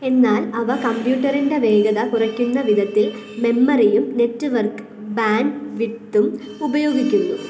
എന്നാൽ അവ കമ്പ്യൂട്ടറിന്റെ വേഗത കുറയ്ക്കുന്ന വിധത്തില് മെമ്മറിയും നെറ്റ്വർക്ക് ബാൻഡ്വിഡ്ത്തും ഉപയോഗിക്കുന്നു